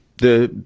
the,